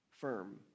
firm